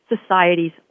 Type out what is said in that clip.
societies